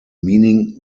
meaning